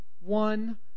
one